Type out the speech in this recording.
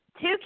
Two